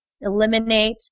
eliminate